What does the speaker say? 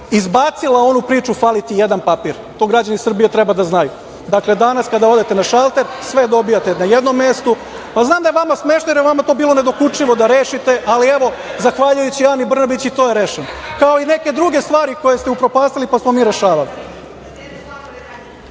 izbacila onu priču – fali ti jedan papi. To građani Srbi je treba da znaju. Dakle, danas kada odete na šalter, sve dobijete na jednom mestu. Znam da je vama to smešno, jer je vama to bilo nedokučivo da rešite, ali, evo, zahvaljujući Ani Brnabić i to je rešeno, kao i neke druge stvari koje ste upropastili, pa smo mi rešavali. Dakle,